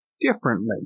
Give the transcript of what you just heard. differently